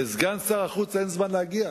ולסגן שר החוץ אין זמן להגיע?